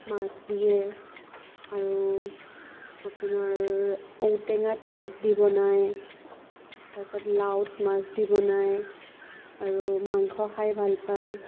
মাছ দিয়ে আৰু আপোনাৰ ঔটেঙাত মাছ দি বনাই তাৰ পিছত লাওত মাছ দি বনায় আৰু মাংস খাই ভাল পায়